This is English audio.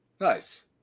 Nice